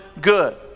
good